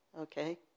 okay